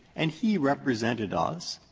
and he represented us.